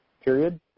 period